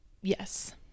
Yes